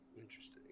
Interesting